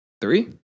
Three